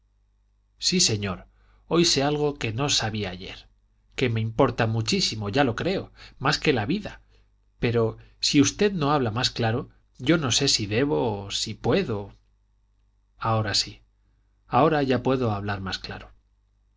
sí señor hoy sé algo que no sabía ayer que me importa muchísimo ya lo creo más que la vida pero si usted no habla más claro yo no sé si debo si puedo ahora sí ahora ya puedo hablar más claro